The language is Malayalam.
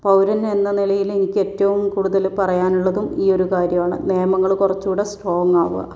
പൗരൻ എന്ന നിലയിൽ എനിക്ക് ഏറ്റവും കൂടുതൽ പറയാൻ ഉള്ളതും ഈ ഒരു കാര്യം ആണ് നിയമങ്ങൾ കുറച്ചുകൂടി സ്ട്രോങ്ങ് ആകുക